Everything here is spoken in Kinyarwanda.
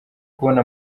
kubona